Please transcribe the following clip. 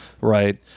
Right